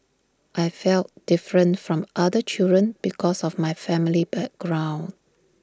I felt different from other children because of my family background